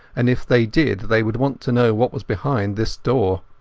and if they did they would want to know what was behind this door.